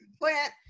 plant